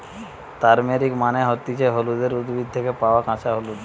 turmeric মানে হতিছে হলুদের উদ্ভিদ থেকে পায়া কাঁচা হলুদ